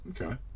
Okay